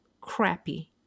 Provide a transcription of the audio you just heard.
crappy